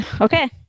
okay